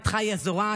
ידך היא הזורעת,